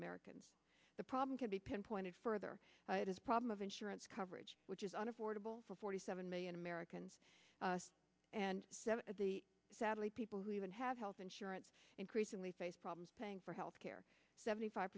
americans the problem can be pinpointed further as problem of insurance coverage which is unavoidable for forty seven million americans and the sadly people who even have health insurance increasingly face problems paying for health care seventy five